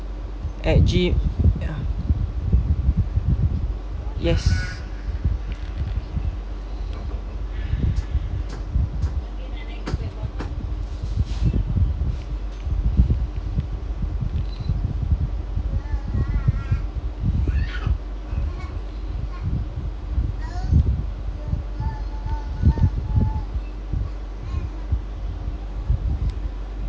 at g~ ah yes